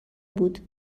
بود